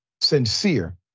sincere